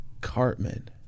Cartman